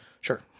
Sure